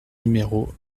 numéro